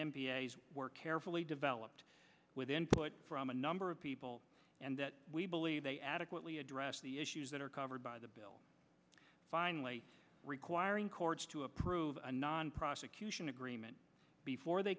were carefully developed with input from a number of people and that we believe they adequately address the issues that are covered by the bill finally requiring courts to approve a non prosecution agreement before they